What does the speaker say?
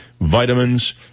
vitamins